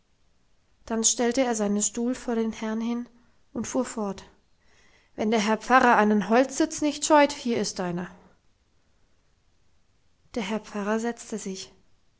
dann stellte er seinen stuhl vor den herrn hin und fuhr fort wenn der herr pfarrer einen holzsitz nicht scheut hier ist einer der herr pfarrer setzte sich